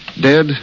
Dead